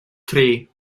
tri